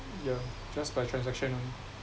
yeah just by transaction only